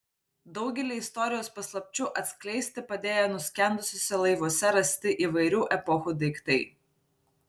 daugelį istorijos paslapčių atskleisti padėjo nuskendusiuose laivuose rasti įvairių epochų daiktai